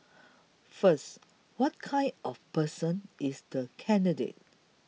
first what kind of person is the candidate